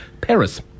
Paris